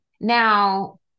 Now